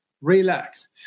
Relax